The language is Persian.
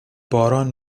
باران